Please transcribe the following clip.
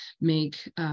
make